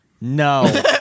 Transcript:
No